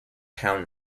pound